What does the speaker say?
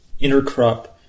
intercrop